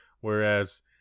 whereas